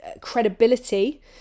credibility